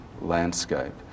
landscape